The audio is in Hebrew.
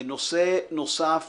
נושא נוסף